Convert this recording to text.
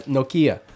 Nokia